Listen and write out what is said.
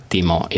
Timo